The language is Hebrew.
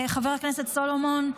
חבר הכנסת סולומון,